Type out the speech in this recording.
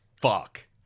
fuck